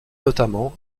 notamment